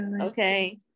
okay